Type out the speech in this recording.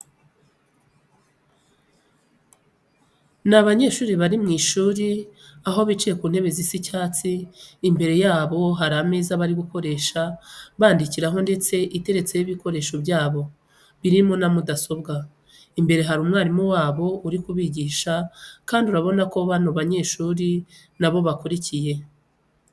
Ni abanyeshuri bari mu ishuri aho bicaye mu ntebe zisa icyatsi, imbere yabo hari imeza bari gukoresha bandikiraho ndetse iteretseho n'ibikoresho byabo birimo na mudasobwa. Imbere hari umwarimu wabo uri kubigisha kandi urabona ko bano banyeshuri na bo bakurikiye.